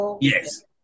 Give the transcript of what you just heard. yes